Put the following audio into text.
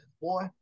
boy